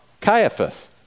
Caiaphas